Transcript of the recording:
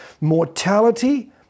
mortality